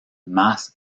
más